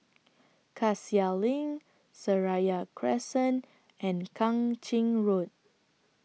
Cassia LINK Seraya Crescent and Kang Ching Road